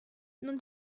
non